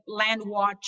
Landwatch